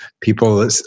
people